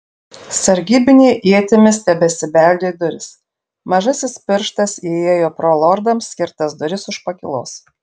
sargybiniai ietimis tebesibeldė į duris mažasis pirštas įėjo pro lordams skirtas duris už pakylos